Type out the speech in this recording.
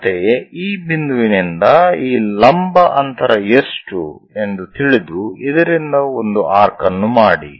ಅಂತೆಯೇ ಈ ಬಿಂದುವಿನಿಂದ ಈ ಲಂಬ ಅಂತರ ಎಷ್ಟು ಎಂದು ತಿಳಿದು ಇದರಿಂದ ಒಂದು ಆರ್ಕ್ ಅನ್ನು ಮಾಡಿ